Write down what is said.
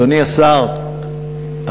אדוני השר אהרונוביץ,